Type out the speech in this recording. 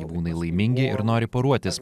gyvūnai laimingi ir nori poruotis